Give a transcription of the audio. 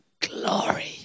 glory